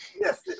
Yes